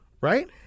Right